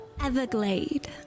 Everglade